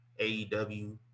AEW